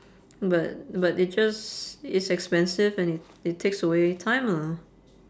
but but it just it's expensive and it it takes away time lah